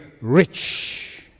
rich